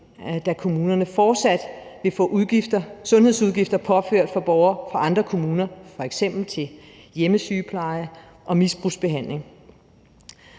da kommunerne fortsat vil få sundhedsudgifter påført for borgere fra andre kommuner, f.eks. til hjemmesygepleje og misbrugsbehandling.